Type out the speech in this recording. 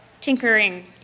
tinkering